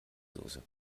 soße